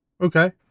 Okay